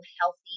healthy